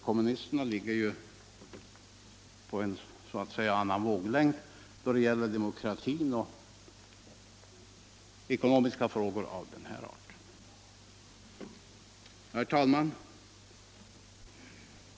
Kommunisterna ligger ju så att säga på en annan våglängd då det gäller demokratin och ekonomiska frågor av den här arten. Herr talman!